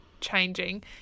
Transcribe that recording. changing